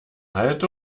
halt